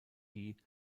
ging